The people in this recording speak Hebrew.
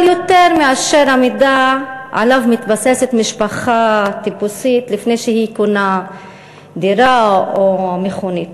יותר מהמידע שעליו מתבססת משפחה טיפוסית לפני שהיא קונה דירה או מכונית.